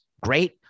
great